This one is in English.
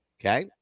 okay